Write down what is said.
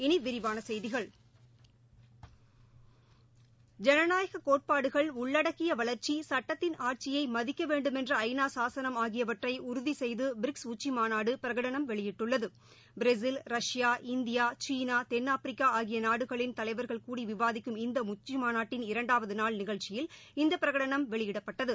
இனிவிரிவானசெய்திகள் ஜனுநாயகக் கோட்பாடுகள் உள்ளடக்கியவளர்ச்சி சட்டத்தின் ஆட்சியைமதிக்கவேண்டுமென்ற ஐ நா சாசனம் ஆகியவற்றை றுதிசெய்தபிரிக்ஸ் உச்சிமாநாடுபிரகடனம் வெளியிட்டுள்ளது பிரேசில் ரஷ்யா இந்தியா சீனாதென்னாப்பிரிக்காஆகியநாடுகளின் தலைவர்கள் கூடி விவாதிக்கும் இந்தஉச்சிமாநாட்டின் இரண்டாவதுநாள் நிகழ்ச்சியில் இந்தபிரகடனம் வெளியிடப்பட்டது